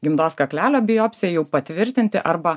gimdos kaklelio biopsija jau patvirtinti arba